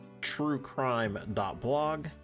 truecrime.blog